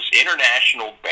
international